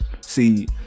see